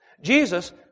Jesus